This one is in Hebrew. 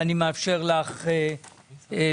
ואני מאפשר לך לפתוח.